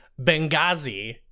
Benghazi